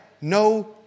no